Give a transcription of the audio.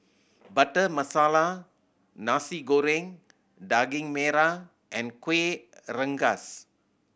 Butter Masala Nasi Goreng Daging Merah and Kueh Rengas